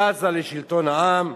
בזה לשלטון העם,